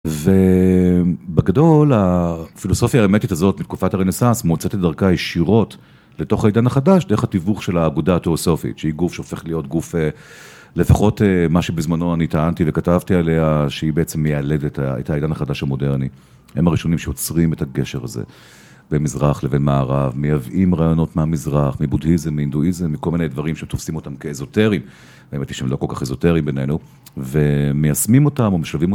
ובגדול, הפילוסופיה האמתית הזאת מתקופת הרנסאנס מוצאת את דרכה ישירות לתוך העידן החדש דרך התיווך של האגודה התיאוסופית, שהיא גוף שהופך להיות גוף לפחות מה שבזמנו אני טענתי וכתבתי עליה, שהיא בעצם מיילדת, את העידן החדש המודרני הם הראשונים שיוצרים את הגשר הזה במזרח לבין מערב, מייבאים רעיונות מהמזרח, מבודהיזם, מאינדואיזם, מכל מיני דברים שתופסים אותם כאזוטריים, האמת היא שהם לא כל כך אזוטריים בינינו, ומיישמים אותם או משווים אותם